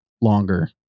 longer